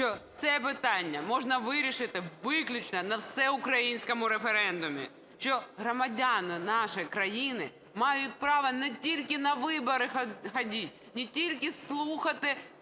що це питання можна вирішити виключно на всеукраїнському референдумі, що громадяни нашої країни мають право не тільки на вибори ходити, не тільки слухати